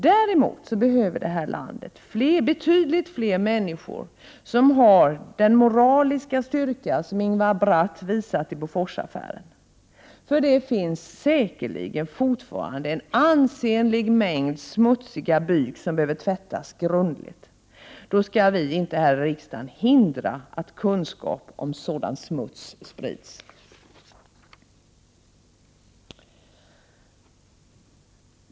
Däremot behöver detta land betydligt fler människor som har den moraliska styrka och det mod som Ingvar Bratt har visat i Boforsaffären. Det finns säkerligen fortfarande en ansenlig mängd smutsig byk som behöver tvättas grundligt. Då skall vi inte här i riksdagen hindra att kunskap om sådan smuts sprids!